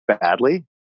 badly